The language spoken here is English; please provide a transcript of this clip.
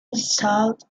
installed